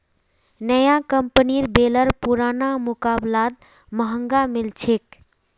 नया कंपनीर बेलर पुरना मुकाबलात महंगा मिल छेक